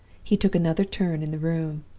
he took another turn in the room,